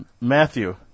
Matthew